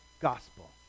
gospel